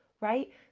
right